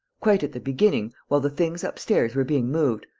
quite at the beginning, while the things upstairs were being moved,